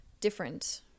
different